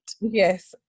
Yes